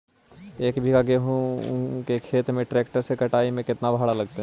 एक बिघा गेहूं के खेत के ट्रैक्टर से कटाई के केतना भाड़ा लगतै?